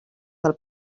del